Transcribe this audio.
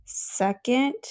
Second